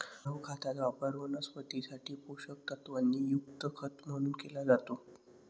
द्रव खताचा वापर वनस्पतीं साठी पोषक तत्वांनी युक्त खत म्हणून केला जातो